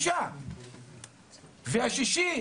והשישי,